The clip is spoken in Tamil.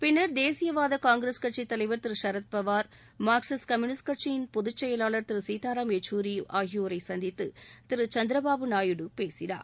பின்னா் தேசியவாத காங்கிரஸ் கட்சி தலைவா் திரு சரத் பவாா் மாா்க்சிஸ்ட் கம்யூனிஸ்ட் கட்சி பொது செயலாளர் திரு சீத்தாராம் யெக்சூரி ஆகியோரை சந்தித்து திரு சந்திரபாபு நாயுடு பேசினார்